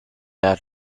out